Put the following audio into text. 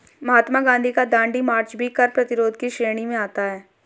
महात्मा गांधी का दांडी मार्च भी कर प्रतिरोध की श्रेणी में आता है